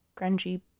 grungy